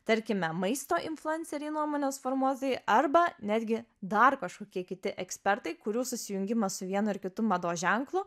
tarkime maisto influenceriai nuomonės formuotojai arba netgi dar kažkokie kiti ekspertai kurių susijungimas su vienu ar kitu mados ženklu